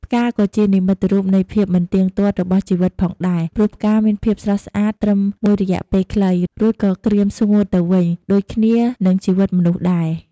ផ្កាក៏ជានិមិត្តរូបនៃភាពមិនទៀងទាត់របស់ជីវិតផងដែរ ព្រោះផ្កាមានភាពស្រស់ស្អាតត្រឹមមួយរយៈពេលខ្លី រួចក៏ក្រៀមស្ងួតទៅវិញ ដូចគ្នានឹងជីវិតមនុស្សដែរ។